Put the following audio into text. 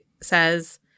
says